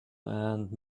and